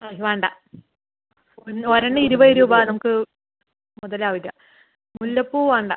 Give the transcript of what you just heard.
അത് വേണ്ട ഒര് എണ്ണം ഇരുപത് രൂപ നമുക്ക് മുതലാവില്ല മുല്ലപ്പൂ വേണ്ട